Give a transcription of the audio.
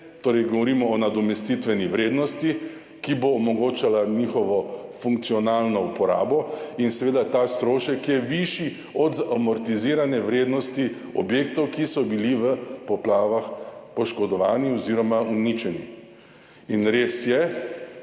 torej govorimo o nadomestitveni vrednosti, ki bo omogočala njihovo funkcionalno uporabo. In seveda je ta strošek višji od amortizirane vrednosti objektov, ki so bili v poplavah poškodovani oziroma uničeni. In res je,